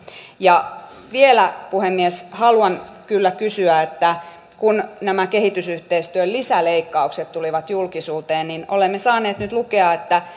vielä puhemies haluan kyllä kysyä kun nämä kehitysyhteistyön lisäleikkaukset tulivat julkisuuteen niin olemme saaneet nyt lukea että